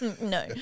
no